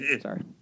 Sorry